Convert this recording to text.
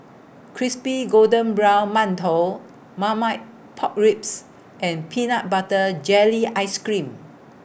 Crispy Golden Brown mantou Marmite Pork Ribs and Peanut Butter Jelly Ice Cream